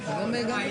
אתם רמסתם אותנו,